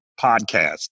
podcast